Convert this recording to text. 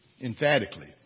emphatically